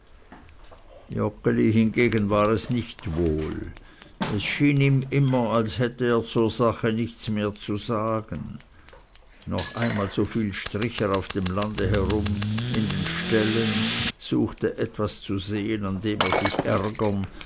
hingegen war es nicht wohl es schien ihm immer als hätte er zur sache nichts mehr zu sagen noch einmal so viel strich er auf dem lande herum in den ställen suchte etwas zu sehen an dem er sich ärgern